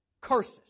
curses